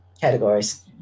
categories